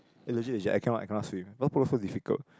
eh legit legit I cannot I cannot swim water polo so difficult